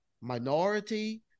minority